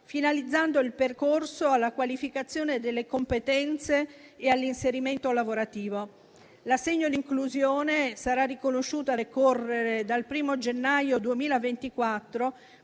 finalizzando il percorso alla qualificazione delle competenze e all'inserimento lavorativo. L'assegno di inclusione sarà riconosciuto a decorrere dal 1° gennaio 2024